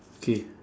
K